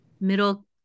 middle